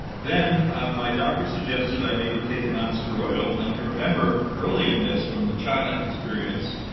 then my doctor suggested i maybe take a non-steroid. ah now, if you remember early in this, from the china experience,